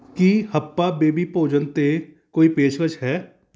ਕੀ ਹੱਪਾ ਬੇਬੀ ਭੋਜਨ 'ਤੇ ਕੋਈ ਪੇਸ਼ਕਸ਼ ਹੈ